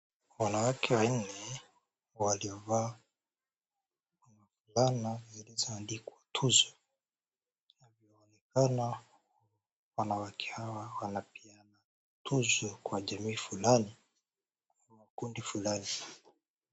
Wanawake wannne waliovaa fulana zilizoandikwa Tuzo, wanaoneka wanawake hawa wanapeana tunzo kwa jamii fulani au makundi fulani.